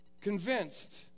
convinced